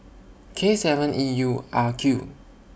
K seven E U R Q